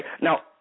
Now